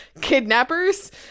kidnappers